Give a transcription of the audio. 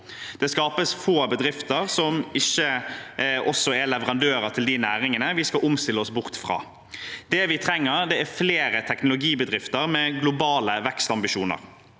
Det skapes få bedrifter som ikke også er leverandører til de næringene vi skal omstille oss bort fra. Det vi trenger, er flere teknologibedrifter med globale vekstambisjoner.